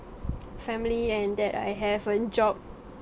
family and that I have a job